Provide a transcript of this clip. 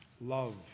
love